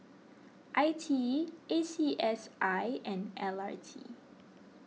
I T E A C S I and L R T